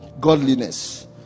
godliness